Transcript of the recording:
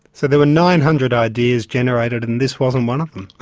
so there were nine hundred ideas generated and this wasn't one of them.